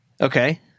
Okay